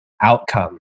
outcome